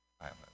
island